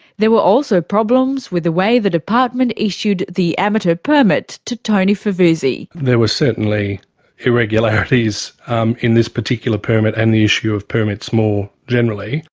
there were also problems with the way the department issued the amateur permit to tony favuzzi. there were certainly irregularities in this particular permit and the issue of permits more generally.